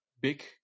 big